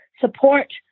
support